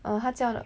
err 他叫了